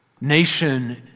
nation